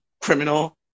criminal